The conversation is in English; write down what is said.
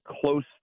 close